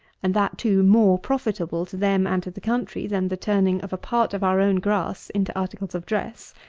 and that too more profitable to them and to the country than the turning of a part of our own grass into articles of dress,